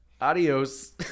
Adios